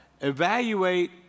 evaluate